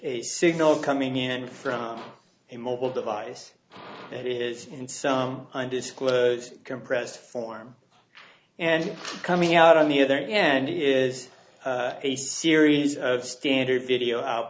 a signal coming in from a mobile device that is in some undisclosed compressed form and coming out on the other end is a series of standard video out